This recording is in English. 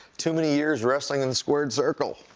too many years wrestling in the squared circle.